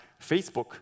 Facebook